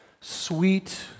sweet